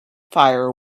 fire